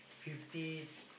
fifty